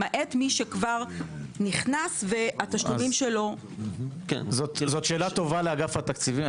למעט מי שכבר נכנס והתשלומים שלו --- זו שאלה טובה לאגף התקציבים.